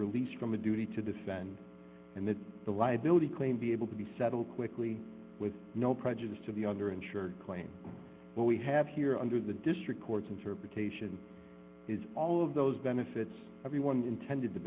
released from a duty to defend and that the liability claim be able to be settled quickly with no prejudice to the other insured claims what we have here under the district court's interpretation is all of those benefits everyone intended to